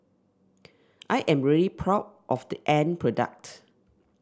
I am really proud of the end product